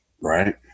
Right